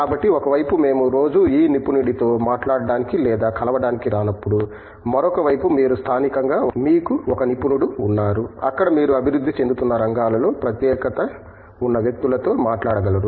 కాబట్టి ఒక వైపు మేము రోజూ ఈ నిపుణుడితో మాట్లాడటానికి లేదా కలవడానికి రానప్పుడు మరొక వైపు మీరు స్థానికంగా మీకు ఒక నిపుణుడు ఉన్నారు అక్కడ మీరు అభివృద్ధి చెందుతున్న రంగాలలో ప్రత్యేకత ఉన్న వ్యక్తులతో మాట్లాడగలరు